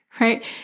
right